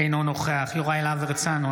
אינו נוכח יוראי להב הרצנו,